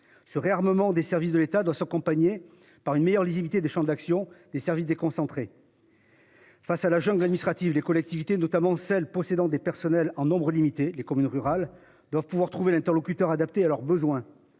ce réarmement des services de l'État doit s'accompagner par une meilleure lisibilité des champs d'action des services déconcentrés. Face à la jungle administrative des collectivités notamment celles possédant des personnels en nombre limité. Les communes rurales doivent pouvoir trouver l'interlocuteur adapté à leurs besoins.